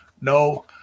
No